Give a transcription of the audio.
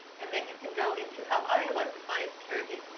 and then you can go into how iowa defines caretakers.